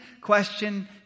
question